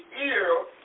ear